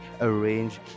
arrange